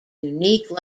unique